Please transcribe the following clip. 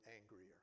angrier